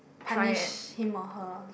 punish him or her